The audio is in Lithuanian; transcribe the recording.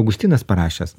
augustinas parašęs